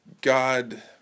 God